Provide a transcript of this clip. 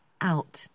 out